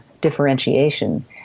differentiation